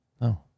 No